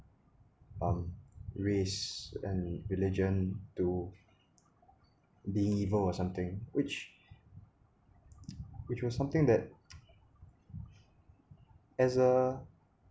race and religion to being evil or something which which was something that as a